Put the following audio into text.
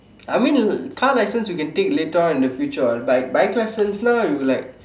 I mean car license you can take later on in the future what but bike license னா:naa you like